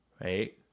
right